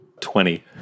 Twenty